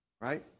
Right